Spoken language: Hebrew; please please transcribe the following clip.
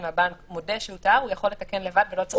אם הבנק מודה שהוא טעה הוא יכול לתקן לבד ולא צריך ללכת לבית משפט.